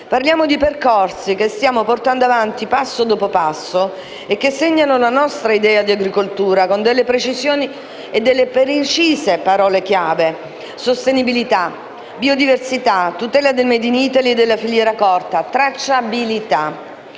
Parliamo di percorsi che stiamo portando avanti passo dopo passo e che segnano la nostra idea di agricoltura con delle precise parole chiave: sostenibilità, biodiversità, tutela del *made in Italy* e della filiera corta, tracciabilità.